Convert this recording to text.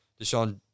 Deshaun